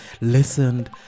listened